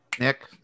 Nick